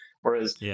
Whereas